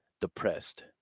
depressed